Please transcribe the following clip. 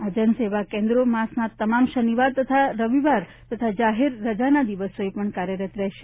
આ જનસેવા કેન્દ્રો માસના તમામ શનિવાર તથા રવિવાર તથા જાહેર રજાના દિવસો એ કાર્યરત રહેશે